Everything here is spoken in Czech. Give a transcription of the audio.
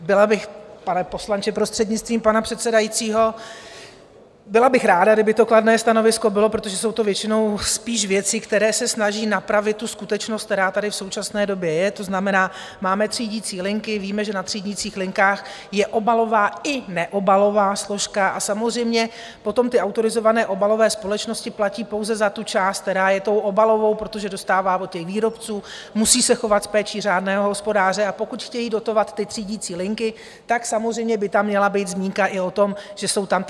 Byla bych, pane poslanče, prostřednictvím pana předsedajícího, byla bych ráda, kdyby to kladné stanovisko bylo, protože jsou to většinou spíše věci, které se snaží napravit skutečnost, která tady v současné době je, to znamená, máme třídící linky, víme, že na třídících linkách je obalová i neobalová složka, a samozřejmě potom autorizované obalové společnosti platí pouze za část, která je tou obalovou, protože dostává od těch výrobců, musí se chovat s péčí řádného hospodáře, a pokud chtějí dotovat třídicí linky, tak samozřejmě by tam měla být zmínka i o tom, že jsou tam obě dvě složky.